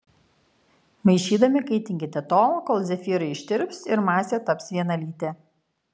maišydami kaitinkite tol kol zefyrai ištirps ir masė taps vienalytė